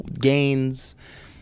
gains